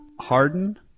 Harden